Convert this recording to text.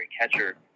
catcher